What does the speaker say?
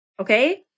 okay